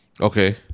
Okay